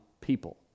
people